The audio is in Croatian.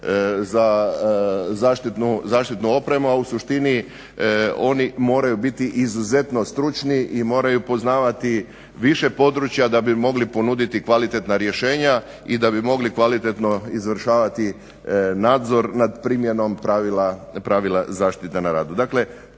za zaštitnu opremu, a u suštini oni moraju biti izuzetno stručni i moraju poznavati više područja da bi mogli ponuditi kvalitetna rješenja i da bi mogli kvalitetno izvršavati nadzor nad primjenom pravila zaštite na radu.